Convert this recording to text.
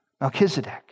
Melchizedek